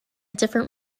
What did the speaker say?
different